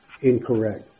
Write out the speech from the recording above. incorrect